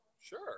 Sure